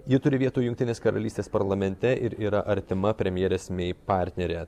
ji turi vietų jungtinės karalystės parlamente ir yra artima premjerės mei partnerė